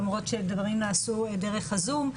למרות שדברים נעשו דרך הזום.